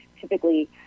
Typically